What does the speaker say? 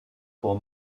pour